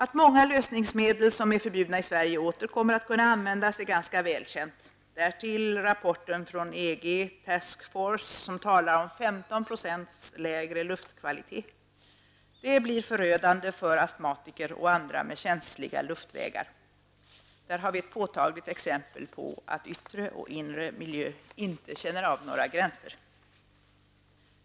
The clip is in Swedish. Att många lösningsmedel som är förbjudna i Sverige åter kommer att kunna användas är ganska väl känt. Därtill kommer rapporten från EG, Task Force, som talar om en försämring av luftkvaliteten med 15 %. Det blir förödande för astmatiker och andra med känsliga luftvägar. Där har vi ett påtagligt exempel på att yttre och inre miljö inte känner av några gränser.